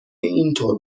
اینطور